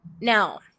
now